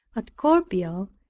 at corbeil,